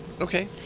Okay